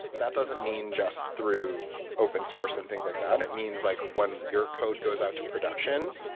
that doesn't mean just through open-source and things like that, it means like when your code goes out to production,